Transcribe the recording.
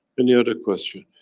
any other question?